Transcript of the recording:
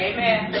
Amen